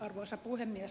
arvoisa puhemies